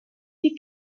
die